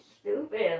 stupid